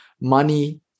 Money